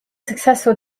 successful